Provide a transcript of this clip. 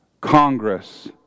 Congress